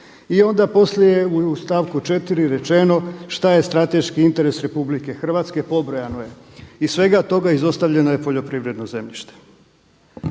I onda poslije u stavku 4. rečeno šta je strateški interes Republike Hrvatske pobrojano je, iz svega toga izostavljeno je poljoprivredno zemljište.